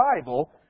Bible